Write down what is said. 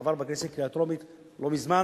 עבר בכנסת בקריאה טרומית לא מזמן.